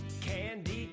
Candy